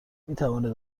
میتوانید